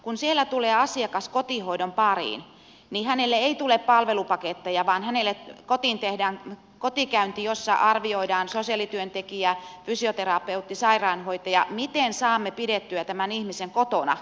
kun siellä tulee asiakas kotihoidon pariin niin hänelle ei tule palvelupaketteja vaan hänelle tehdään kotikäynti jossa arvioidaan sosiaalityöntekijä fysioterapeutti sairaanhoitaja miten saadaan pidettyä tämä ihminen kotona